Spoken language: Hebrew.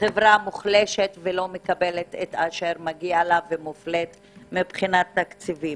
חברה מוחלשת ולא מקבלת את אשר מגיע לה ומופלית מבחינת תקציבים.